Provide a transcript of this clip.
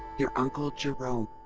your uncle jerome